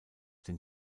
den